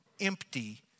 empty